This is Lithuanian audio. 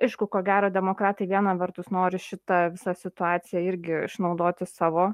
aišku ko gero demokratai viena vertus nori šitą visą situaciją irgi išnaudoti savo